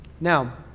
Now